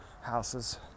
houses